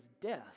death